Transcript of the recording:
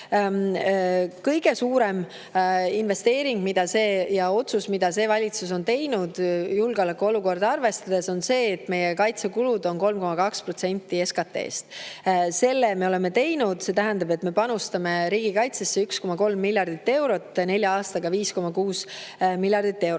kõige suurem investeering ja otsus, mida see valitsus on teinud julgeolekuolukorda arvestades, on see, et meie kaitsekulud on 3,2% SKT‑st. Seda me oleme teinud. See tähendab, et me panustame riigikaitsesse 1,3 miljardit eurot, nelja aastaga 5,6 miljardit eurot.